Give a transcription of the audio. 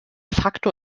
facto